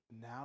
now